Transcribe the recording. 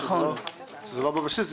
שזה לא בבסיס,